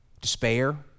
despair